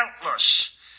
countless